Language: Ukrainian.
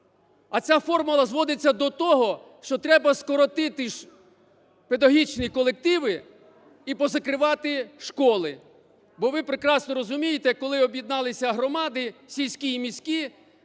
А ця формула зводиться до того, що треба скоротити педагогічні колективи і позакривати школи, бо ви прекрасно розумієте, коли об'єдналися громади сільські і міські,